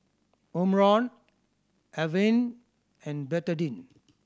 Omron Avene and Betadine